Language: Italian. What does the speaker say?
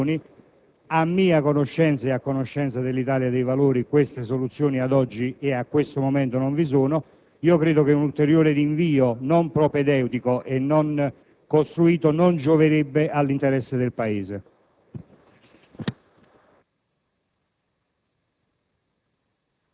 C'è stato il tempo per ragionare, per trovare soluzioni. A mia conoscenza e a conoscenza dell'Italia dei Valori, soluzioni, in questo momento, non ve ne sono. Pertanto, credo che un ulteriore rinvio, non propedeutico e non costruito, non gioverebbe all'interesse del Paese.